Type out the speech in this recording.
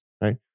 right